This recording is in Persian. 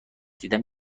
دیدم